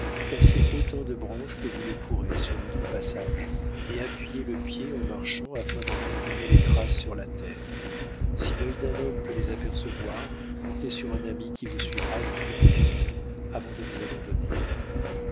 cassez autant de branches que vous le pourrez sur votre passage et appuyez le pied en marchant afin d'en imprimer les traces sur la terre si l'œil d'un homme peut les apercevoir comptez sur un ami qui vous suivra jusqu'au bout du monde avant de vous abandonner